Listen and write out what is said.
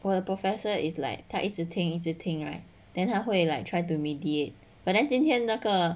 我的 professor is like 他一直听一直听 right 他会 like try to mediate but then 今天那个